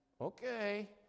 okay